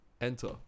enter